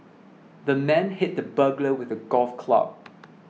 the man hit the burglar with a golf club